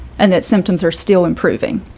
and that symptoms are still improving.